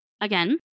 Again